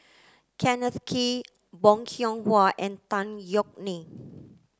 Kenneth Kee Bong Hiong Hwa and Tan Yeok Nee